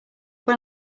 when